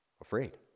afraid